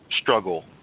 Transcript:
struggle